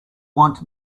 want